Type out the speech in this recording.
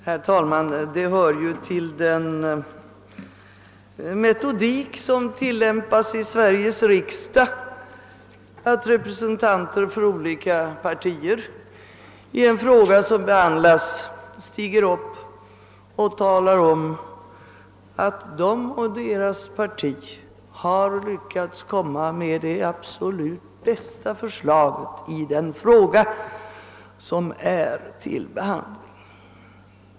Herr talman! Det hör till den metodik som tillämpas i Sveriges riksdag. att representanter för olika partier stiger upp och talar om att de och deras parti har lyckats prestera det absolut bästa förslaget i den fråga som är uppe till behandling.